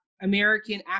American